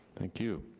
thank you.